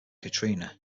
katrina